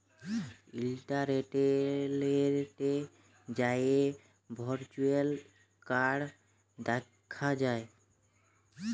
ইলটারলেটে যাঁয়ে virtual card দ্যাখা যায়